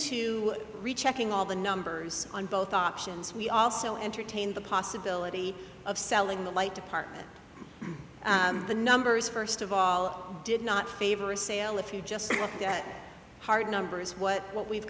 to rechecking all the numbers on both options we also entertain the possibility of selling the light department the numbers first of all did not favor a sale if you just said that hard numbers what what we've